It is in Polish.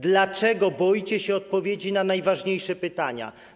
Dlaczego boicie się odpowiedzi na najważniejsze pytania?